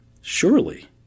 Surely